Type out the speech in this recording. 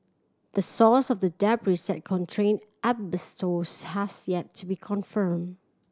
the source of the debris that contained asbestos has yet to be confirmed